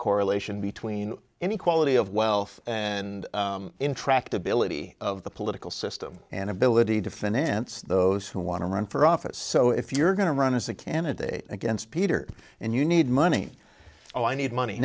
correlation between inequality of wealth and intractability of the political system an ability to finance those who want to run for office so if you're going to run as a candidate against peter and you need money oh i need money